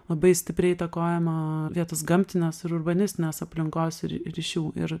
labai stipriai įtakojama vietos gamtinės ir urbanistinės aplinkos ry ryšių ir